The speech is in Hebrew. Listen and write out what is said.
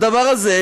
הדבר הזה,